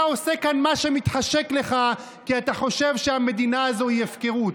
אתה עושה כאן מה שמתחשק לך כי אתה חושב שהמדינה הזו היא הפקרות,